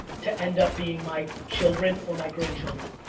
to end up being my children or my grandchildren.